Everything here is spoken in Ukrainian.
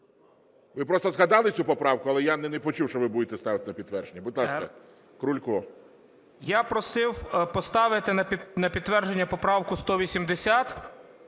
Ви просто згадали цю поправку, але я не почув, що ви будете ставити на підтвердження. Будь ласка, Крулько. 13:13:25 КРУЛЬКО І.І. Я просив поставити на підтвердження поправку 180,